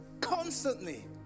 constantly